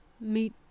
meet